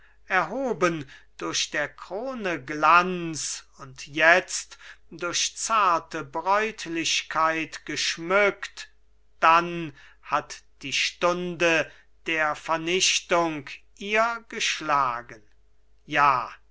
erhoben durch der krone glanz und jetzt durch zarte bräutlichkeit geschmückt dann hat die stunde der vernichtung ihr geschlagen ja